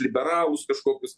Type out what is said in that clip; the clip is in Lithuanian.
liberalus kažkokius